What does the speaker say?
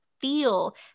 feel